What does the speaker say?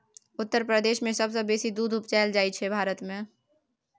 उत्तर प्रदेश मे सबसँ बेसी दुध उपजाएल जाइ छै भारत मे